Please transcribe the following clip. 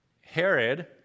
Herod